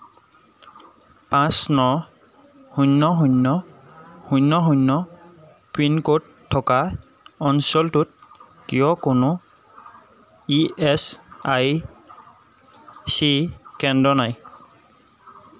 পাঁচ ন শূন্য শূন্য শূন্য শূন্য পিনক'ড থকা অঞ্চলটোত কিয় কোনো ই এছ আই চি কেন্দ্র নাই